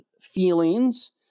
feelings